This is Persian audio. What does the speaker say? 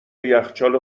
یخچال